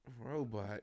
Robot